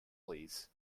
please